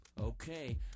Okay